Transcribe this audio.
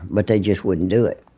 but they just wouldn't do it